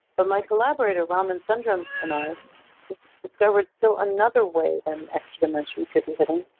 but my collaborator raman sundrum and i discovered still another way an extra dimension could be hidden.